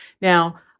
Now